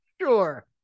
Sure